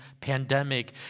pandemic